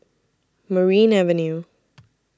Merryn Avenue